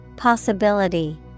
Possibility